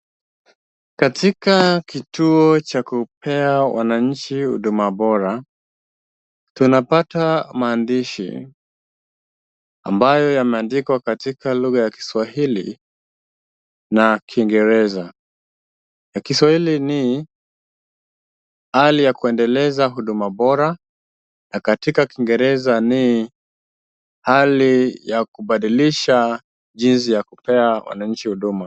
Katika kituo cha kupea wananchi huduma bora, tunapata maandishi ambayo yameandikwa katika lugha ya kiswahili na kiingereza. Ya kiswahili ni hali ya kuendeleza huduma bora na katika kiingereza ni hali ya kubadilisha jinsi ya kupea wananchi huduma.